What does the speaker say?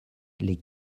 les